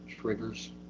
triggers